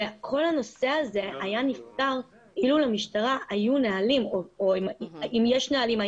כל הנושא הזה היה נפתר אילו למשטרה היו נהלים ואם יש נהלים,